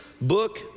book